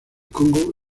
congo